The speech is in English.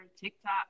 TikTok